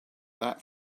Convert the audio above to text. that